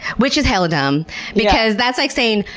which is hella dumb because that's like saying,